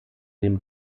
dem